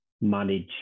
manage